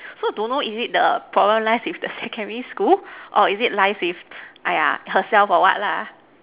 so don't know is it the problem lies with the secondary school or is it lie with !aiya! herself or what lah